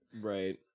Right